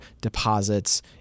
deposits